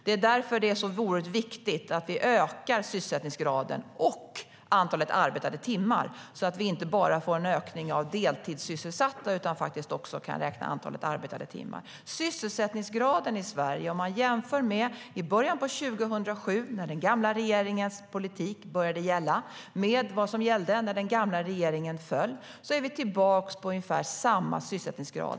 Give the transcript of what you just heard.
Det är därför som det är så oerhört viktigt att vi ökar sysselsättningsgraden och antalet arbetade timmar, så att vi inte bara får en ökning av deltidssysselsatta utan också kan räkna antalet arbetade timmar. Om man jämför sysselsättningsgraden i Sverige i början av 2007 när den gamla regeringens politik började gälla med vad som gällde när den gamla regeringen föll är vi tillbaka på ungefär samma sysselsättningsgrad.